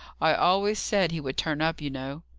i always said he would turn up, you know.